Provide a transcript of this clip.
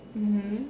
mmhmm